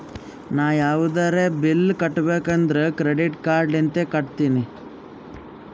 ನಾ ಯಾವದ್ರೆ ಬಿಲ್ ಕಟ್ಟಬೇಕ್ ಅಂದುರ್ ಕ್ರೆಡಿಟ್ ಕಾರ್ಡ್ ಲಿಂತೆ ಕಟ್ಟತ್ತಿನಿ